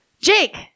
Jake